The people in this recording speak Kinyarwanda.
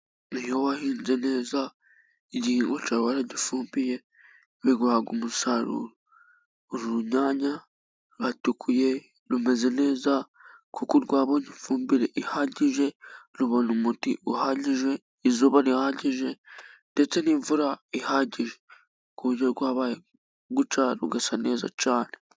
Iyo wahinze neza igihingwa cyawe waragifumbire, bigubwa umusaruro. Uru runyanya ruratukuye, rumeze neza kuko rwabonye ifumbire ihagije, rubona umuti uhagije, izuba rihagije ndetse n'imvura ihagije, ku buryo rwabaye gutya rugasa neza cyane.